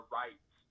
rights